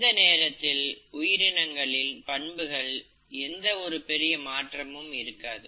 இந்த நேரத்தில் உயிரினங்களில் பண்புகளில் எந்த ஒரு பெரிய மாற்றமும் இருக்காது